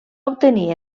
obtenir